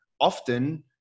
often